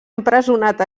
empresonat